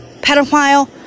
pedophile